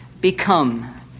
become